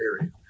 area